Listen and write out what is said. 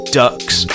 ducks